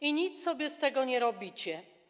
I nic sobie z tego nie robicie.